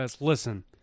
listen